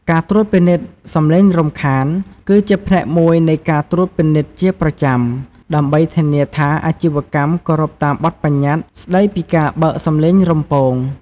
ការត្រួតពិនិត្យសំឡេងរំខាន គឺជាផ្នែកមួយនៃការត្រួតពិនិត្យជាប្រចាំ ដើម្បីធានាថាអាជីវកម្មគោរពតាមបទប្បញ្ញត្តិស្ដីពីការបើកសំឡេងរំពង។